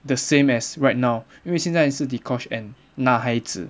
the same as right now 因为现在是 dee kosh and 男孩子